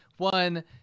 One